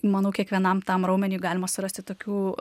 manau kiekvienam tam raumeniui galima surasti tokių